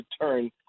turn